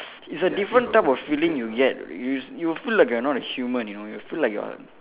it's a different type of feeling you get you you'll feel like you are not a human you know you feel like you are